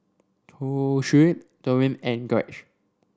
Toshio Deron and Gage